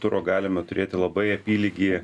turo galime turėti labai apylygį